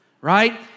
right